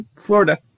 Florida